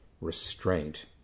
restraint